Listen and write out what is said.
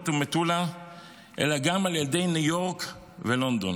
ומטולה אלא גם על ילדי ניו יורק ולונדון.